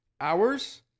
hours